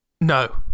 No